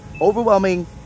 overwhelming